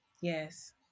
yes